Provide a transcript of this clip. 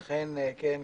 אכן, כן.